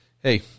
Hey